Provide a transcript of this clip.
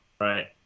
Right